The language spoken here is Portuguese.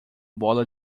bola